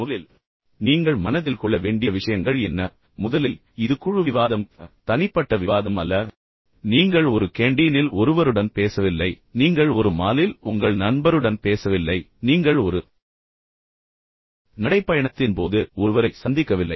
முதலில் நீங்கள் மனதில் கொள்ள வேண்டிய விஷயங்கள் என்ன முதலில் இது குழு விவாதம் தனிப்பட்ட விவாதம் அல்ல நீங்கள் ஒரு கேண்டீனில் ஒருவருடன் பேசவில்லை நீங்கள் ஒரு மாலில் உங்கள் நண்பருடன் பேசவில்லை நீங்கள் ஒரு நடைப்பயணத்தின் போது ஒருவரை சந்திக்கவில்லை